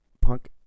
Punk